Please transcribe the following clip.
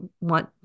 want